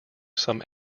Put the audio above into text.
some